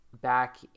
Back